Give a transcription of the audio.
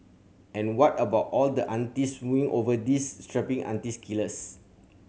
and what about all the aunties swooning over these strapping auntie killers